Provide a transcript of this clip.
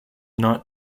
not